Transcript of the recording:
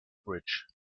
bridge